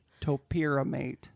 Topiramate